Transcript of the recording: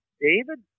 David